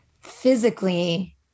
physically